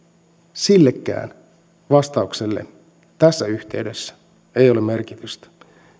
silläkään vastauksella tässä yhteydessä ei ole merkitystä